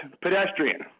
pedestrian